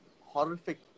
horrific